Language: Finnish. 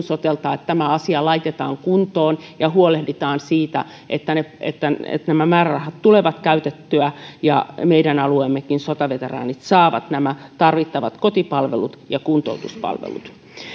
sotelta että tämä asia laitetaan kuntoon ja huolehditaan siitä että nämä määrärahat tulevat käytettyä ja meidänkin alueemme sotaveteraanit saavat tarvittavat kotipalvelut ja kuntoutuspalvelut